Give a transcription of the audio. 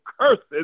curses